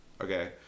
Okay